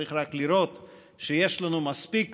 צריך רק לראות שיש לנו מספיק